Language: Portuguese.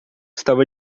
está